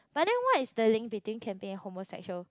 but then what is the link between camping and homosexual